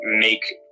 make